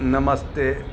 नमस्ते